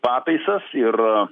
pataisas ir